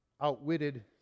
outwitted